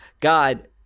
God